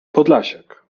podlasiak